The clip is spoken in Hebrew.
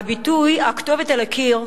הביטוי "הכתובת על הקיר"